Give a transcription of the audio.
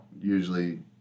usually